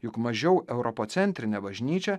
juk mažiau europocentrinė bažnyčia